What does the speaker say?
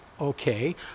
Okay